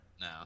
No